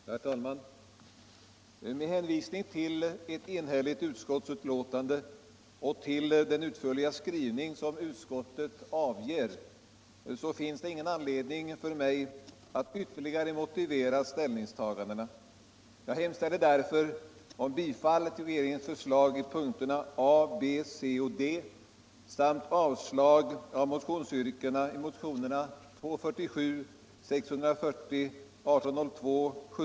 Herr talman! Med hänvisning till ett enhälligt utskott och till den utförliga skrivning utskottet ger, finns det ingen anledning för mig att ytterligare motivera ställningstagandena. den det ej vill röstar nej.